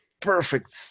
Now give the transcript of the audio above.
perfect